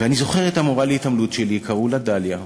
ואני זוכר את המורה להתעמלות שלי, קראו לה דליה.